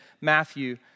Matthew